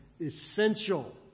essential